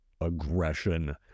aggression